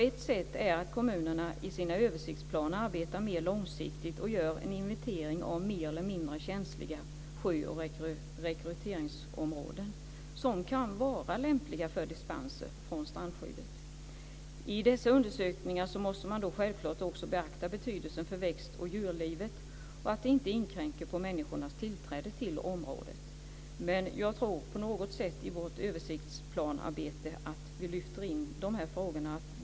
Ett sätt är att kommunerna i sina översiktsplaner arbetar mer långsiktigt och gör en inventering av mer eller mindre känsliga sjö och rekreationsområden som kan vara lämpliga för dispenser från strandskyddet. I dessa undersökningar måste man självfallet också beakta betydelsen för växt och djurlivet och att man inte inskränker människornas tillträde till området. Jag tror ändå att vi i vårt översiktsplanarbete på något sätt lyfter in de frågorna.